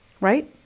Right